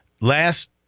last